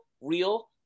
real